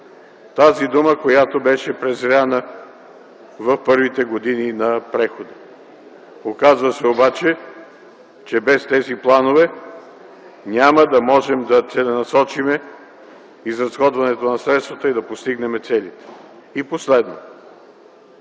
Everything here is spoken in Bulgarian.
тази дума, която беше презряна в първите години на прехода. Оказва се обаче, че без тези планове няма да можем да целенасочим изразходването на средствата и да постигнем целите. Последно,